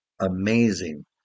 Amazing